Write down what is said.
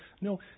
No